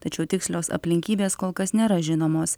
tačiau tikslios aplinkybės kol kas nėra žinomos